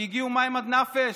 כי הגיעו מים עד נפש,